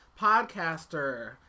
podcaster